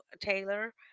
Taylor